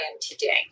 today